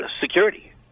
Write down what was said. security